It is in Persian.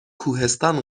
کوهستان